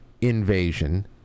invasion